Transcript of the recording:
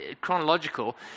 chronological